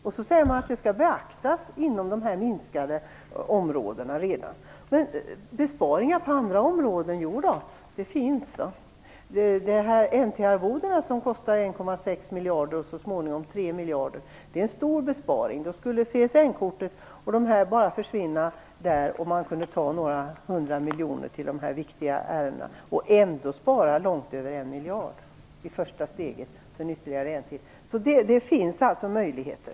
Man säger att detta skall beaktas inom de områden där man redan har gjort besparingar. Men förslag till besparingar på andra områden finns. Man skulle kunna göra en stor besparing på N/T arvodena som nu kostar 1,6 miljarder men som så småningom kommer att kosta 3 miljarder. Då skulle kostnaderna för CSN-kortet och annat kunna tas därifrån. Man skulle kunna använda några hundra miljoner till dessa viktiga områden. Ändå skulle man spara långt över 1 miljard i första steget och sedan ytterligare 1 miljard, så det finns alltid möjligheter.